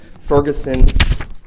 Ferguson